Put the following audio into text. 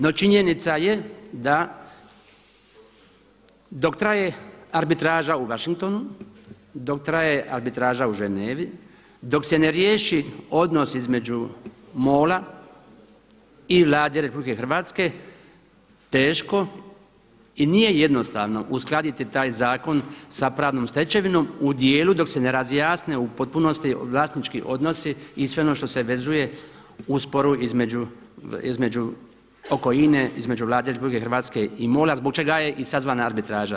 No činjenica je da dok traje arbitraža u Washingtonu, dok traje arbitraža u Ženevi, dok se ne riješi odnos između MOL-a i Vlade RH teško i nije jednostavno uskladiti taj zakon sa pravnom stečevinom u dijelu dok se ne razjasne u potpunosti vlasnički odnosi sve ono što se vezuje u sporu između, oko INA-e, između Vlade RH i MOL-a zbog čega je i sazvana arbitraža.